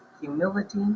humility